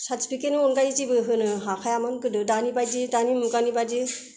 certificate नि अनगायै जेबो होनो हाखायामोन गोदो दानि बादि दानि मुगानि बादि